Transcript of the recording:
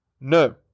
No